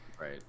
right